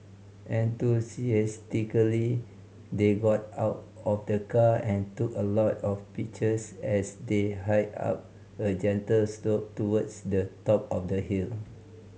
enthusiastically they got out of the car and took a lot of pictures as they hiked up a gentle slope towards the top of the hill